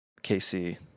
KC